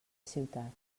ciutat